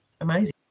amazing